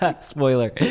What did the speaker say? spoiler